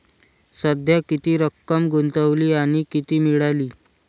सध्या किती रक्कम गुंतवली आणि किती मिळाली